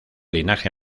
linaje